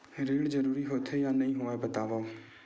ऋण जरूरी होथे या नहीं होवाए बतावव?